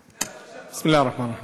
לך בסם אללה א-רחמאן א-רחים.